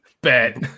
Bet